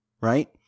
right